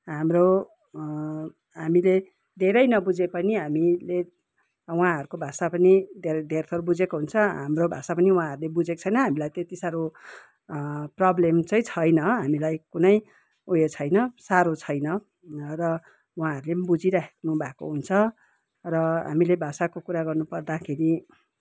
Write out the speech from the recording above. हाम्रो हामीले धेरै नबुझे पनि हामीले उहाँहरूको भाषाा पनि धेर धेरथोर बुझेको हुन्छ हाम्रो भाषा पनि उहाँहरूले बुझेको छैन हामीलाई त्यति साह्रो प्रोबलेम चाहिँ छैन हामीलाई कुनै उयो छैन साह्रो छैन र वहाँहरूले पनि बुझिराख्नु भएको हुन्छ र हामीले भाषाको कुरा गर्नु पर्दाखेरि